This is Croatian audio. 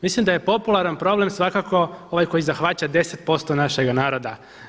Mislim da je popularan problem svakako ovaj koji zahvaća 10% našega naroda.